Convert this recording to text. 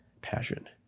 passion